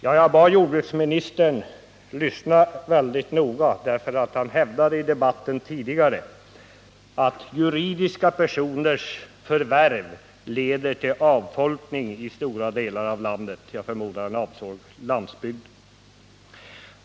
Jag bad jordbruksministern lyssna mycket noga, eftersom han tidigare i debatten hävdade att juridiska personers förvärv leder till avfolkning i stora delar av landet. Jag förmodar att han därmed avsåg landsbygden.